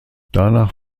danach